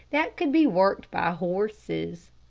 that could be worked by horses.